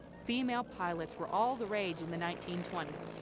female pilots were all the rage in the nineteen twenty